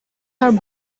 are